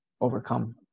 overcome